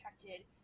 protected